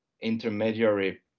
intermediary